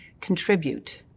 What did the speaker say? contribute